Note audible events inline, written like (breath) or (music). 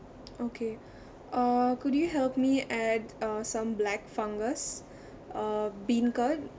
okay (breath) uh could you help me add uh some black fungus uh beancurd